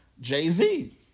Jay-Z